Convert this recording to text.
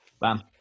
Bam